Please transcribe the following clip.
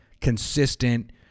consistent